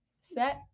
set